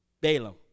Balaam